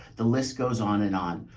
the list goes on and on.